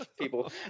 people